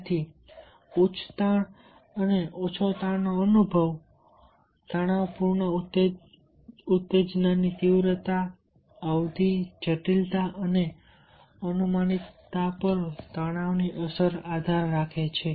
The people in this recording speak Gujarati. તેથી ઉચ્ચ તાણ અને ઓછા તાણનો અનુભવ તણાવપૂર્ણ ઉત્તેજનાની તીવ્રતા અવધિ જટિલતા અને અનુમાનિતતા પર તણાવની અસર આધાર રાખે છે